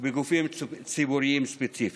ובגופים ציבוריים ספציפיים.